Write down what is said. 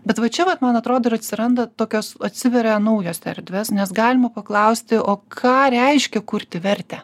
bet va čia vat man atrodo ir atsiranda tokios atsiveria naujos erdvės nes galima paklausti o ką reiškia kurti vertę